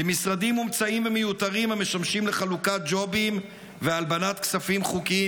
למשרדים מומצאים ומיותרים המשמשים לחלוקת ג'ובים ולהלבנת כספים חוקיים,